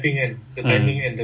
mm